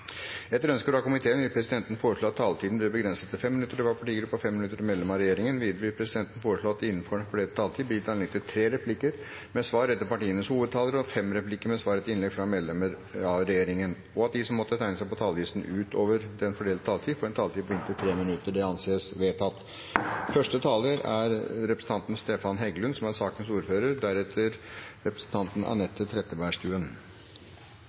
Etter ønske fra arbeids- og sosialkomiteen vil presidenten foreslå at taletiden blir begrenset til 5 minutter til hver partigruppe og 5 minutter til medlem av regjeringen. Videre vil presidenten foreslå at det blir gitt anledning til tre replikker med svar etter partienes hovedtalere og fem replikker med svar etter innlegg fra medlemmer av regjeringen innenfor den fordelte taletid, og at de som måtte tegne seg på talerlisten utover den fordelte taletid, får en taletid på inntil 3 minutter. – Det anses vedtatt. La meg først si at dette er